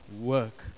work